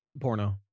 porno